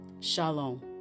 Shalom